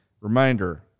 Reminder